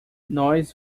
nós